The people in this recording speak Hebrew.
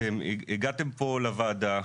הגעתם פה לוועדה,